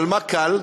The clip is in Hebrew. אבל מה קל?